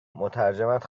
مترجمت